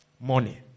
money